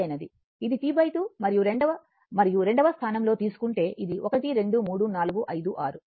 ఇది T 2 మరియు రెండవ మరియు రెండవ స్థానంలో తీసుకుంటే ఇది 1 2 3 4 5 6